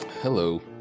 hello